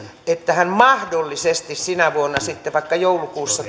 että hän mahdollisesti sinä vuonna sitten vaikka joulukuussa